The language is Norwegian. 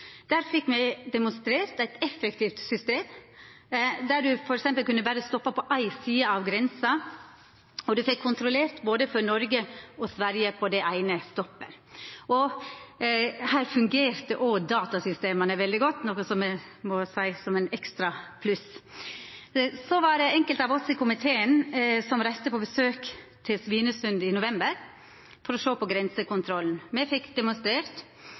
Der fekk me demonstrert eit effektivt system. Ein kunne f.eks. stoppa berre på ei side av grensa og fekk kontrollert både for Noreg og for Sverige på det eine stoppet. Her fungerte òg datasystema veldig godt, noko som me må seia er eit ekstra pluss. Enkelte av oss i komiteen reiste på besøk til Svinesund i november for å sjå på grensekontrollen. Me fekk demonstrert